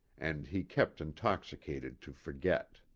and he kept intoxicated to forget.